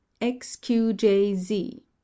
X-Q-J-Z